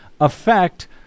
affect